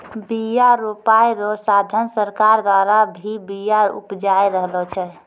बिया रोपाय रो साधन सरकार द्वारा भी बिया उपजाय रहलो छै